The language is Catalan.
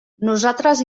nosaltres